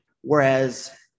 whereas